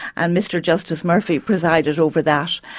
and mr justice murphy presided over that.